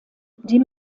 die